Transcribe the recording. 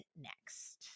next